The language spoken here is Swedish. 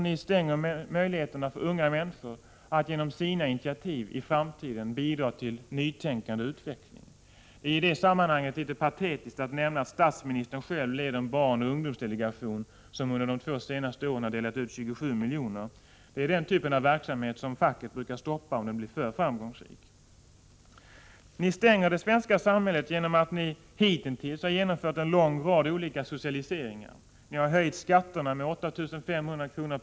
Ni stänger möjligheterna för dem att genom sina initiativ bidra till nytänkande och utveckling i framtiden. Det är i det sammanhanget litet patetiskt att den av statsministern själv ledda barnoch ungdomsdelegationen under de två senaste åren har delat ut 27 miljoner. Det är den typ av verksamhet som facket brukar stoppa, — Nr 147 om verksamheten blir alltför framgångsrik. Tisdagen den Ni stänger det svenska samhället genom att ni hitintills har genomfört en 2 SN 1985 lång rad olika socialiseringar. Ni har höjt skatterna med 8 500 kr.